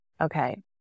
Okay